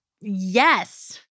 yes